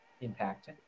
Impact